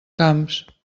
camps